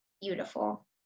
beautiful